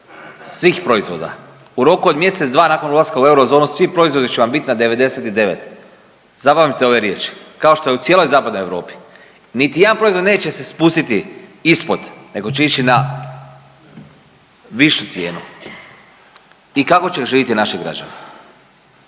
svih proizvoda. U roku od mjesec, dva nakon ulaska u eurozonu svo proizvodi će vam biti na 99, zapamtite ove riječi kao što je u cijeloj zapadnoj Europi. Niti jedan proizvod neće se spustiti ispod nego će ići na višu cijenu. I kako će živiti naši građani?